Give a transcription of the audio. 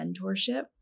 mentorship